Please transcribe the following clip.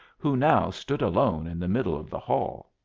who now stood alone in the middle of the hall.